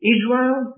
Israel